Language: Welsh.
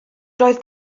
doedd